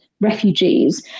refugees